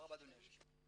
תודה רבה אדוני היושב ראש.